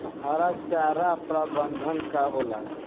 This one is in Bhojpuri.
हरा चारा प्रबंधन का होला?